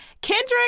Kendrick